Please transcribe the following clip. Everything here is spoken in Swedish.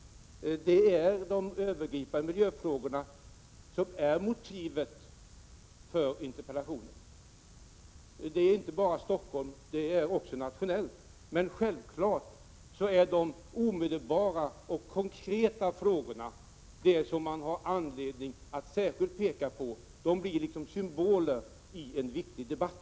Det är de övergripande miljöfrågorna som är motivet till interpellationen. Det är inte bara ett problem för Stockholm, det är också ett nationellt problem. Men de omedelbara och konkreta frågorna, som man har anledning att särskilt peka på, blir självfallet symboler i en viktig debatt.